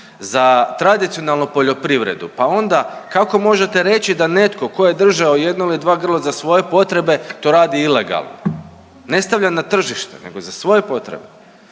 za tradicionalnu poljoprivredu pa onda kako možete reći da netko tko je držao jedno ili dva grla za svoje potrebe to radi ilegalno. Ne stavlja na tržište, nego za svoje potrebe.